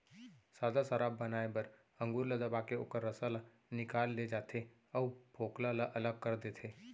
सादा सराब बनाए बर अंगुर ल दबाके ओखर रसा ल निकाल ले जाथे अउ फोकला ल अलग कर देथे